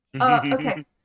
Okay